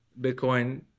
Bitcoin